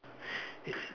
it's